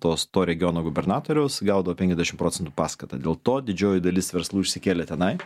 tos to regiono gubernatoriaus gaudavo penkiasdešim procentų paskatą dėl to didžioji dalis verslų išsikėlė tenai